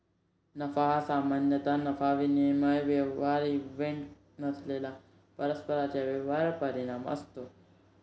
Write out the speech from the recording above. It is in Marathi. नफा हा सामान्यतः नफा विनिमय व्यवहार इव्हेंट नसलेल्या परस्पर व्यवहारांचा परिणाम असतो